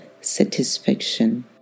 satisfaction